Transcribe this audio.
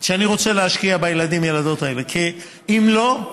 שאני רוצה להשקיע בילדים ובילדות האלה, כי אם לא,